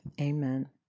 Amen